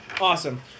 Awesome